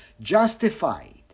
justified